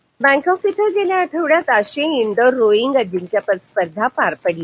स्पर्धा बक्तिक इथं गेल्या आठवड्यात आशियाई इनडोअर रोईंग अजिंक्यपद स्पर्धा पार पडली